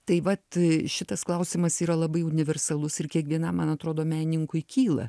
tai vat šitas klausimas yra labai universalus ir kiekvienam man atrodo menininkui kyla